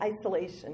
isolation